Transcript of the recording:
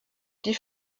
die